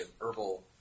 herbal